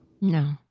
No